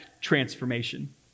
transformation